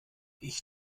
ich